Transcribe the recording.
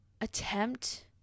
attempt